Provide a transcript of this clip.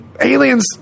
aliens